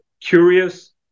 curious